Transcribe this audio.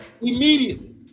Immediately